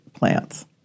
Plants